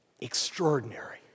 Extraordinary